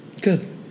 Good